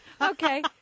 Okay